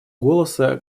голоса